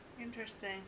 Interesting